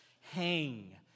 hang